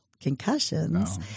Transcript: concussions